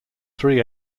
three